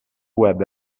web